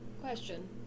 Question